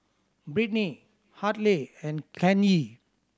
Brittni Hartley and Kanye